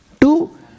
Two